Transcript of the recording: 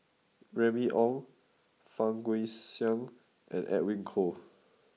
Remy Ong Fang Guixiang and Edwin Koo